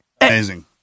Amazing